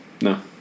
No